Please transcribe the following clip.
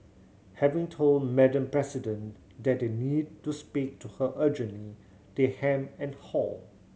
having told Madam President that they need to speak to her urgently they hem and haw